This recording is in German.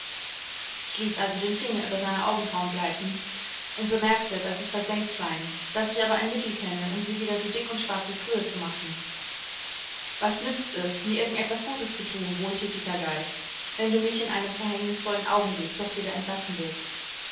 ich ließ also den finger über seine augenbrauen gleiten und bemerkte daß sie versengt seien daß ich aber ein mittel kenne um sie wieder so dick und schwarz wie früher zu machen was nützt es mir irgend etwas gutes zu thun wohlthätiger geist wenn du mich in einem verhängnisvollen augenblick doch wieder verlassen willst